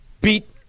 beat